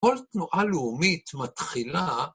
‫כל תנועה לאומית מתחילה...